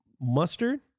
mustard